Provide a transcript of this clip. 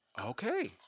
Okay